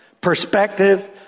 Perspective